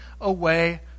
away